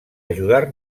ajudar